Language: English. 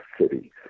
city